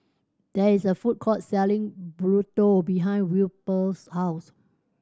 there is a food court selling Burrito behind Wilbur's house